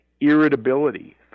irritability